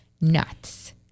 nuts